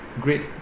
great